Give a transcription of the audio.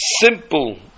Simple